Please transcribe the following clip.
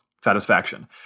satisfaction